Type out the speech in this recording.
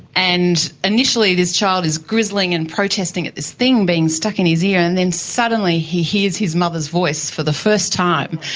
and initially this child is grizzling and protesting at this thing being stuck in his ear, and then suddenly he hears his mother's voice for the first time.